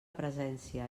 presència